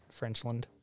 Frenchland